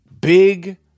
big